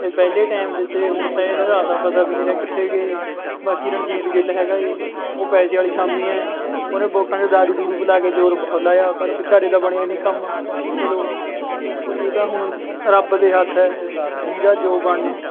ਇਹ ਪਹਿਲੇ ਟੈਂਮ ਦੇ ਤੇ ਹੁਣ ਤਾਂ ਇਹਨਾਂ ਦਾ ਅਤਾ ਪਤਾ ਵੀ ਨੀ ਰਿਹਾ ਕਿੱਥੇ ਗਏ ਬਾਕੀ ਰਣਜੀਤ ਗਿੱਲ ਹੈਂਗਾ ਐ ਉਹ ਪੈਸੇ ਆਲੀ ਅਸਾਮੀ ਐ ਉਹਨਾਂ ਵੋਟਾਂ ਚੋ ਦਾਰੂ ਦੋਰੂ ਪਲਾਕੇ ਜ਼ੋਰ ਬਹੁਤ ਲਾਇਆ ਪਰ ਵਿਚਾਰੇ ਦਾ ਬਣਿਆ ਨੀ ਕੰਮ ਚਲੋ ਇਹ ਤਾਂ ਹੁਣ ਰੱਬ ਦੇ ਹੱਥ ਐ ਜਿਹਦਾ ਜੋ ਬਣਨਾ